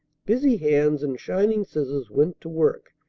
busy hands and shining scissors went to work,